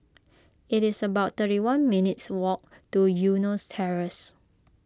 it's about thirty one minutes' walk to Eunos Terrace